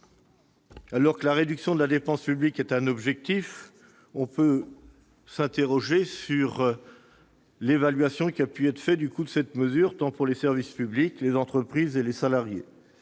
Alors que la réduction de la dépense publique est un objectif, on peut s'interroger sur l'évaluation qui a pu être faite du coût de cette mesure, tant pour les services publics que pour les entreprises et les salariés.